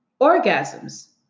orgasms